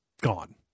gone